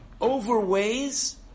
overweighs